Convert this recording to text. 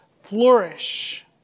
flourish